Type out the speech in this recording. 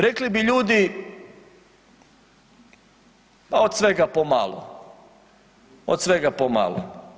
Rekli bi ljudi pa od svega po malo, od svega po malo.